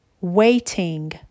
Waiting